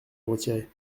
retirer